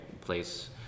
place